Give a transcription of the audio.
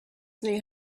knew